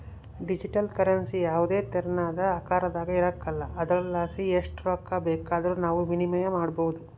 digital currency ಯಾವುದೇ ತೆರನಾದ ಆಕಾರದಾಗ ಇರಕಲ್ಲ ಆದುರಲಾಸಿ ಎಸ್ಟ್ ರೊಕ್ಕ ಬೇಕಾದರೂ ನಾವು ವಿನಿಮಯ ಮಾಡಬೋದು